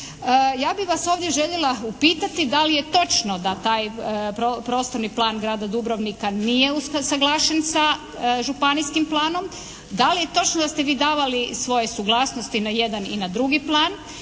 Ja bih vas ovdje željela upitati da li je točno da taj prostorni plan grada Dubrovnika nije usko saglašen sa županijskim planom? Da li je točno da ste vi davali svoje suglasnosti na jedan i na drugi plan?